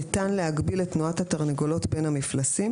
ניתן להגביל את תנועת התרנגולות בין המפלסים